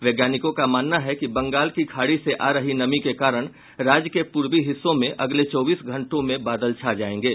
वैज्ञानिकों का मानना है कि बंगाल की खाड़ी से आ रही नमी के कारण राज्य के पूर्वी हिस्सों में अगले चौबीस घंटों में बादल छा जायेंगे